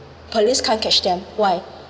police can't catch them why